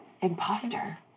Imposter